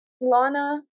Lana